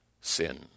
sin